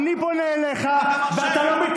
שאלתי אותך אם אתה מרשה לי,